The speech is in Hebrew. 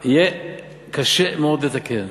יהיה קשה מאוד לתקן.